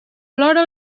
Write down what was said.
plora